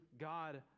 God